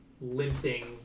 limping